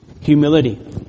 humility